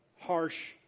harsh